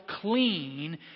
clean